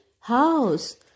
house